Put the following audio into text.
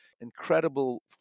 incredible